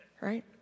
right